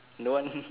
no one